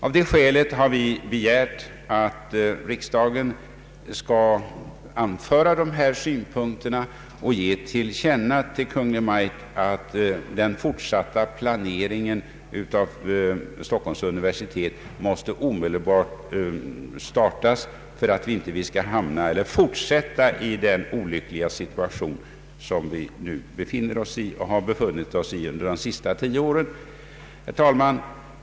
Av det skälet har vi begärt att riksdagen skall anföra dessa synpunkter och ge Kungl. Maj:t till känna att en fortsatt lokalplanering vid Stockholms universitet omedelbart måste startas för att vi inte skall behöva fortsätta i den olyckliga situation som vi nu befinner oss i och som vi har befunnit oss i under de senaste tio åren. Herr talman!